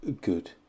good